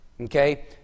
Okay